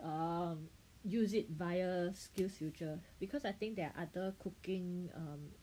um use it via SkillsFuture because I think there are other cooking err